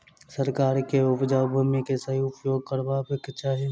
सरकार के उपजाऊ भूमि के सही उपयोग करवाक चाही